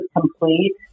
complete